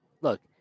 look